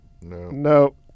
no